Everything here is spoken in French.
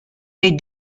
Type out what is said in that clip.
des